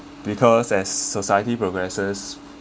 because as society progresses